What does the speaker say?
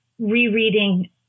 rereading